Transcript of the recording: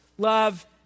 Love